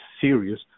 serious